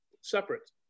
separate